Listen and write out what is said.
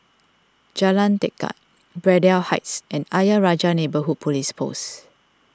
Jalan Tekad Braddell Heights and Ayer Rajah Neighbourhood Police Post